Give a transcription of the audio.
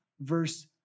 verse